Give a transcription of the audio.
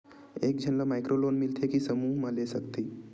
एक झन ला माइक्रो लोन मिलथे कि समूह मा ले सकती?